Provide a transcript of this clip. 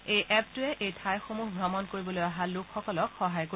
এই এপটোৱে এই ঠাইসমূহ ভ্ৰমণ কৰিবলৈ অহা লোকসকলক সহায় কৰিব